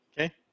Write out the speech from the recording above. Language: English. Okay